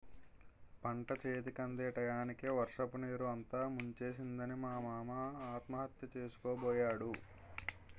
పంటచేతికందే టయానికి వర్షపునీరు అంతా ముంచేసిందని మా మామ ఆత్మహత్య సేసుకోబోయాడు